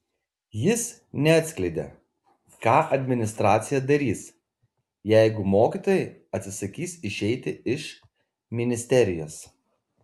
jis neatskleidė ką administracija darys jeigu mokytojai atsisakys išeiti iš ministerijos